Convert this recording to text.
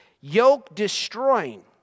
yoke-destroying